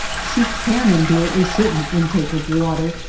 she can endure a certain intake of water,